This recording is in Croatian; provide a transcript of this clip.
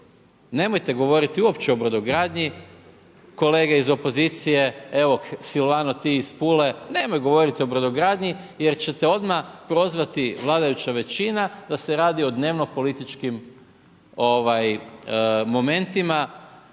Nemojte govoriti uopće o brodogradnji, kolege iz opozicije, evo, Silvano ti iz Pule, nemoj govoriti o brodogradnji, jer ćete odmah prozvati vladajuća većina, da se radi o dnevno političkim momentima